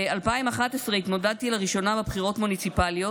ב-2011 התמודדתי לראשונה בבחירות מוניציפליות